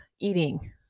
eating